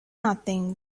nothing